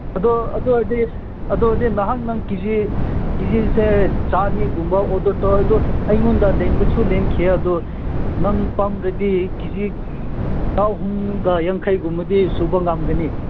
ꯑꯗꯣ ꯑꯗꯨ ꯑꯣꯏꯔꯗꯤ ꯑꯗꯨꯗꯤ ꯅꯍꯥꯟ ꯅꯪ ꯀꯦ ꯖꯤ ꯀꯦ ꯖꯤꯁꯦ ꯆꯅꯤꯒꯨꯝꯕ ꯑꯣꯗꯔ ꯇꯧꯋꯦ ꯑꯗꯣ ꯑꯩꯉꯣꯟꯗ ꯂꯦꯝꯕꯁꯨ ꯂꯦꯝꯈꯤ ꯑꯗꯨ ꯅꯪ ꯄꯥꯝꯂꯗꯤ ꯀꯦ ꯖꯤ ꯆꯍꯨꯝꯒ ꯌꯥꯡꯈꯩꯒꯨꯝꯕꯗꯤ ꯁꯨꯕ ꯉꯝꯒꯅꯤ